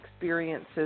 experiences